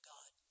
God